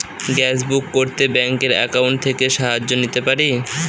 Gas book করতে ব্যাংকের account থেকে সাহায্য নিতে পারি?